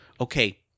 okay